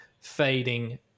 fading